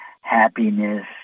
happiness